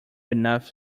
enough